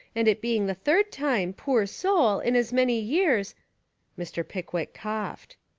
and it being the third time, poor soul, in as many years mr. pickwick coughed.